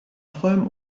vollem